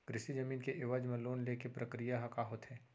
कृषि जमीन के एवज म लोन ले के प्रक्रिया ह का होथे?